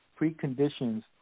preconditions